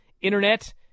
Internet